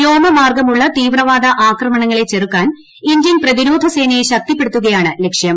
വ്യോമ മാർഗ്ഗമുളള തീവ്രവാദ അക്രമങ്ങളെ ചെറ്റുക്കാൻ ഇന്ത്യൻ പ്രതിരോധ സേനയെ ശക്തിപ്പെടുത്തുക്ക്യാണ് ലക്ഷ്യം